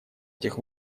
этих